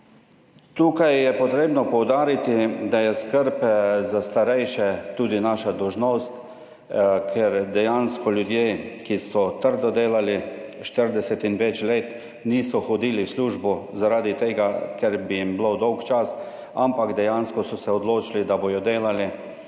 Tukaj je potrebno poudariti, da je skrb za starejše tudi naša dolžnost, ker dejansko ljudje, ki so trdo delali 40 in več let, niso hodili v službo zaradi tega, ker bi jim bilo dolgčas, ampak dejansko so se odločili, da bodo delali